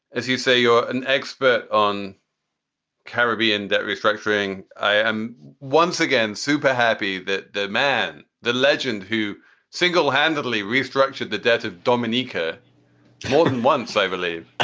as you say, you're an expert on caribbean debt restructuring. i am once again super happy that the man, the legend who singlehandedly restructured the debt of dominika more than once, i believe,